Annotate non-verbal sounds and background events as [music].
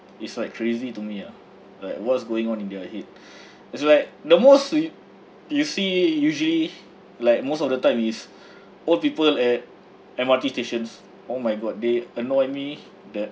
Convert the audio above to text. it's like crazy to me ah like what's going on in their head [breath] it's like the most you you see usually like most of the time is old people at M_R_T stations oh my god they annoy me that